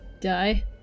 Die